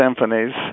symphonies